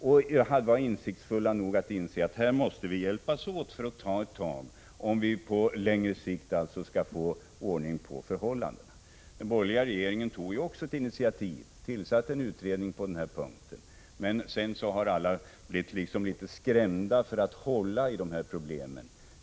De var insiktsfulla nog att inse att man här måste hjälpas åt för att ta ett tag, om vi på längre sikt skall få ordning på förhållandena. Den borgerliga regeringen tog också ett initiativ och tillsatte en utredning Prot. 1985/86:110 på denna punkt. Men sedan har alla blivit litet skrämda för att hålla i dessa — 7 april 1986 problem.